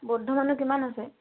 বৌদ্ধ মানুহ কিমান আছে